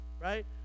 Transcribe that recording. right